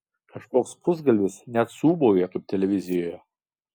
kažkoks pusgalvis net suūbauja kaip televizijoje